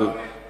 אני מסכים.